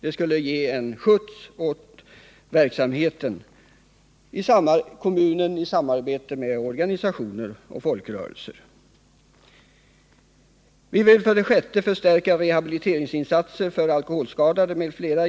I samarbete med organisationer och folkrörelser skulle kommunerna härigenom få skjuts på verksamheten. 6. Vi vill genom satsning på folkrörelseanknuten verksamhet öka rehabiliteringsinsatserna för alkoholskadade m.fl.